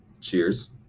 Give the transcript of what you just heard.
Cheers